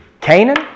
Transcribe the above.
Canaan